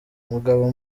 umugabo